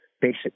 basic